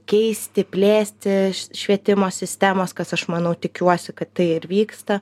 keisti plėsti švietimo sistemos kas aš manau tikiuosi kad tai ir vyksta